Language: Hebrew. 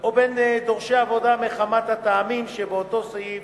או בין דורשי עבודה מחמת הטעמים שבאותו סעיף,